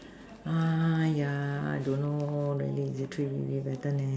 ah yeah I don't know really the three maybe better leh